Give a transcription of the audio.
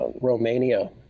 Romania